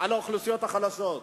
על האוכלוסיות החלשות,